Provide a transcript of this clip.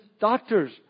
doctors